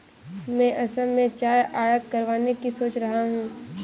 मैं असम से चाय आयात करवाने की सोच रहा हूं